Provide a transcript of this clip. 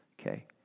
Okay